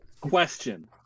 Question